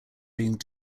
being